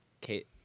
Kate